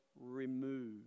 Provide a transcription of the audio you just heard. remove